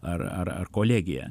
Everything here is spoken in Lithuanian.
ar ar ar kolegiją